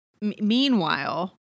Meanwhile